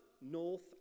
north